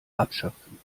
abschöpfen